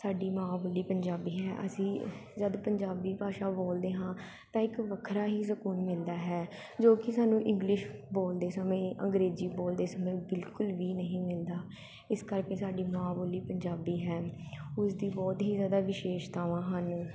ਸਾਡੀ ਮਾਂ ਬੋਲੀ ਪੰਜਾਬੀ ਹੈ ਅਸੀਂ ਜੱਦ ਪੰਜਾਬੀ ਭਾਸ਼ਾ ਬੋਲਦੇ ਹਾਂ ਤਾਂ ਇੱਕ ਵੱਖਰਾ ਹੀ ਸਕੂਨ ਮਿਲਦਾ ਹੈ ਜੋ ਕਿ ਸਾਨੂੰ ਇੰਗਲਿਸ਼ ਬੋਲਦੇ ਸਮੇਂ ਅੰਗਰੇਜ਼ੀ ਬੋਲਦੇ ਸਮੇਂ ਬਿਲਕੁਲ ਵੀ ਨਹੀਂ ਮਿਲਦਾ ਇਸ ਕਰਕੇ ਸਾਡੀ ਮਾਂ ਬੋਲੀ ਪੰਜਾਬੀ ਹੈ ਉਸ ਦੀ ਬਹੁਤ ਹੀ ਜ਼ਿਆਦਾ ਵਿਸ਼ੇਸ਼ਤਾਵਾਂ ਹਨ